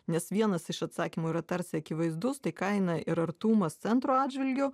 nes vienas iš atsakymų yra tarsi akivaizdus tai kaina ir artumas centro atžvilgiu